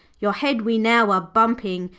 your head we now are bumping.